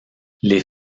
les